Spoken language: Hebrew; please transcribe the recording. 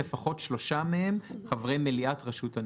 שלפחות שלושה מהם חברי מליאת רשות הניקוז.